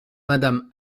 madame